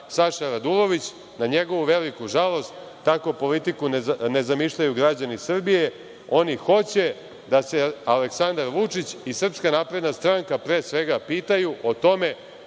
Saša Radulović. Na njegovu veliku žalost, takvu politiku ne zamišljaju građani Srbije, oni hoće da se Aleksandar Vučić i SNS pre svega pitaju o tome